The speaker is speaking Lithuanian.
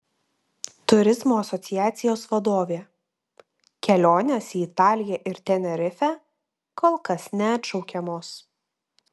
turizmo asociacijos vadovė kelionės į italiją ir tenerifę kol kas neatšaukiamos